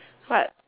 what